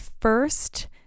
first